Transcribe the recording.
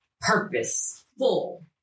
purposeful